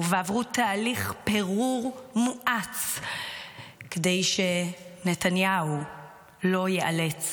ועברו תהליך פירור מואץ כדי שנתניהו לא ייאלץ